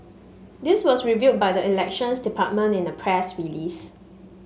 this was revealed by the Elections Department in a press release